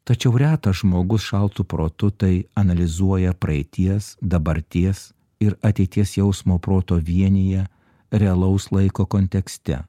tačiau retas žmogus šaltu protu tai analizuoja praeities dabarties ir ateities jausmo proto vienyje realaus laiko kontekste